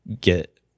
get